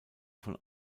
von